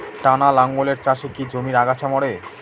টানা লাঙ্গলের চাষে কি জমির আগাছা মরে?